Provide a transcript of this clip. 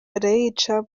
barayica